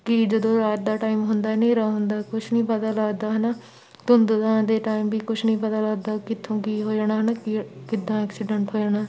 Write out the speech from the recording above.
ਕਿ ਜਦੋਂ ਰਾਤ ਦਾ ਟਾਈਮ ਹੁੰਦਾ ਹਨੇਰਾ ਹੁੰਦਾ ਕੁਛ ਨਹੀਂ ਪਤਾ ਲੱਗਦਾ ਹੈ ਨਾ ਧੁੰਦਾਂ ਦੇ ਟਾਈਮ ਵੀ ਕੁਛ ਨਹੀਂ ਪਤਾ ਲੱਗਦਾ ਕਿੱਥੋਂ ਕੀ ਹੋ ਜਾਣਾ ਹੈ ਨਾ ਕਿ ਕਿੱਦਾਂ ਐਕਸੀਡੈਂਟ ਹੋ ਜਾਣਾ